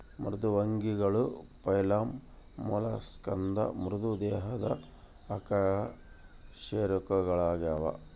ಮೃದ್ವಂಗಿಗಳು ಫೈಲಮ್ ಮೊಲಸ್ಕಾದ ಮೃದು ದೇಹದ ಅಕಶೇರುಕಗಳಾಗ್ಯವ